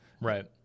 right